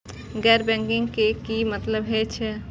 गैर बैंकिंग के की मतलब हे छे?